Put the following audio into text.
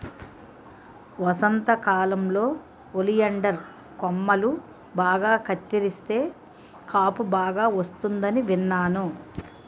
వసంతకాలంలో ఒలియండర్ కొమ్మలు బాగా కత్తిరిస్తే కాపు బాగా వస్తుందని విన్నాను